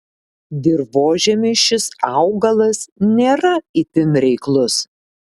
dirvožemiui šis augalas nėra itin reiklus